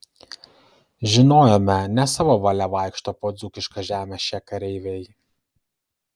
žinojome ne savo valia vaikšto po dzūkišką žemę šie kareiviai